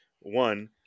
one